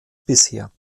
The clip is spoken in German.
bisher